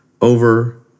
Over